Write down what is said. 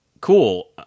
cool